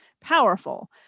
powerful